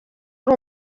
ari